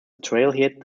trailhead